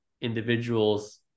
individuals